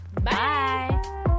bye